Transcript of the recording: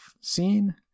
seen